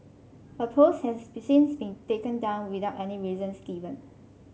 her post has been since been taken down without any reasons given